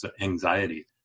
anxiety